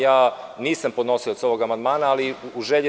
Ja nisam podnosilac ovog amandmana, ali u želji…